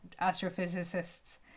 astrophysicists